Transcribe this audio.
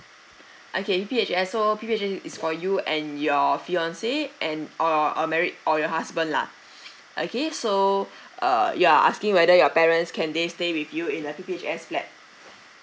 okay P_P_H_S so P_P_H_S is for you and your fiance and or a married or your husband lah okay so uh you're asking whether your parents can they stay with you in the P_P_H_S flat